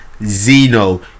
Zeno